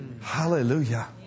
hallelujah